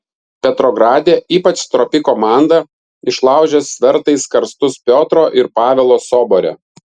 petrograde ypač stropi komanda išlaužė svertais karstus piotro ir pavelo sobore